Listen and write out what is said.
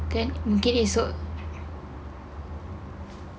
kan mungkin esok